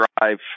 drive